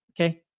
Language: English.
Okay